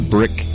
Brick